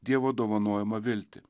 dievo dovanojamą viltį